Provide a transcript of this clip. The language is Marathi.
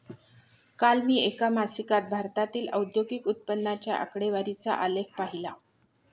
काल मी एका मासिकात भारतातील औद्योगिक उत्पन्नाच्या आकडेवारीचा आलेख पाहीला